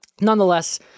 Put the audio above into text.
nonetheless